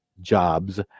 Jobs